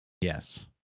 Yes